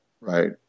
Right